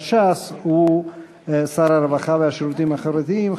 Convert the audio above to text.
ש"ס הוא שר הרווחה והשירותים החברתיים,